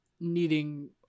needing